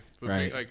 Right